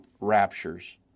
raptures